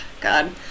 God